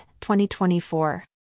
2024